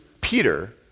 Peter